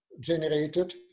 generated